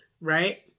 right